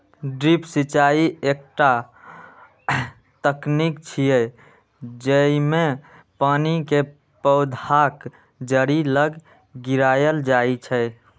drip सिंचाइ एकटा तकनीक छियै, जेइमे पानि कें पौधाक जड़ि लग गिरायल जाइ छै